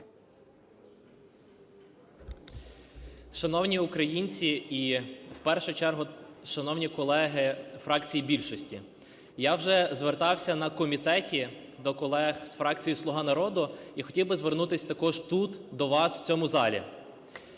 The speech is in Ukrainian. Шановні українці! І в першу чергу шановні колеги фракції більшості. Я вже звертався на комітеті до колег з фракції "Слуга народу" і хотів би звернутися також тут до вас в цьому залі.